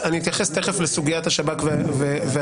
אני אתייחס תיכף לסוגיית השב"כ והטרלול.